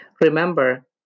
Remember